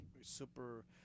super